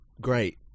great